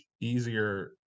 easier